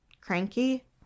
cranky